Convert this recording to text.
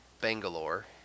Bangalore